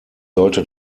sollte